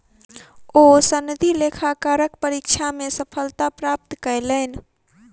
ओ सनदी लेखाकारक परीक्षा मे सफलता प्राप्त कयलैन